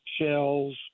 shells